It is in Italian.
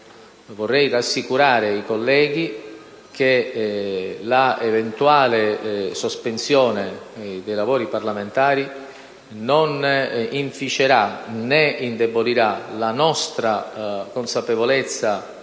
Vorrei rassicurare i colleghi che l'eventuale sospensione dei lavori parlamentari non inficerà né indebolirà la nostra consapevolezza